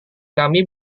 kami